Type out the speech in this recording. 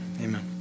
Amen